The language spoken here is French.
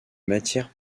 matière